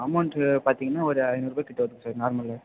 amount பார்த்தீங்கன்னா ஒரு ஐந்நூறுரூபா கிட்டே வரும் சார் நார்மலு